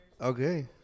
Okay